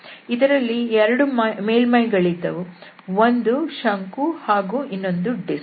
ಇದರಲ್ಲಿ ಎರಡು ಮೇಲ್ಮೈಗಳಿದ್ದವು ಒಂದು ಶಂಕು ಹಾಗೂ ಇನ್ನೊಂದು ಡಿಸ್ಕ್